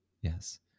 Yes